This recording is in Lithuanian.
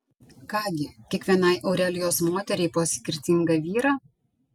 ką gi kiekvienai aurelijos moteriai po skirtingą vyrą